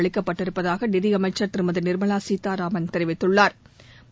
அளிக்கப்பட்டிருப்பதாக நிதியமைச்சா் திருமதி நிா்மலா சீதாராமன் தெரிவித்துள்ளாா்